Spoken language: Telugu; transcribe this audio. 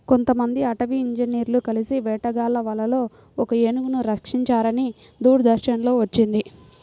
కొంతమంది అటవీ ఇంజినీర్లు కలిసి వేటగాళ్ళ వలలో ఒక ఏనుగును రక్షించారని దూరదర్శన్ లో వచ్చింది